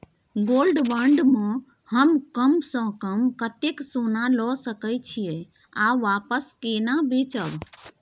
Gold bond म हम कम स कम कत्ते सोना ल सके छिए आ वापस केना बेचब?